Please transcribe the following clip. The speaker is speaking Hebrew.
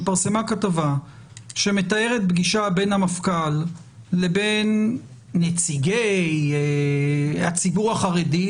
שמתארת פגישה בין המפכ"ל לבין נציגי הציבור החרדי,